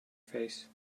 face